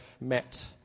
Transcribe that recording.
met